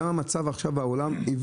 גם המצב עכשיו בעולם,